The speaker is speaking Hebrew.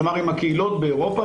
כלומר עם הקהילות באירופה,